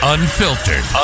Unfiltered